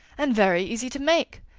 and very easy to make.